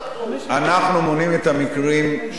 אנחנו מונים את המקרים שנתפסו,